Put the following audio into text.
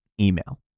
email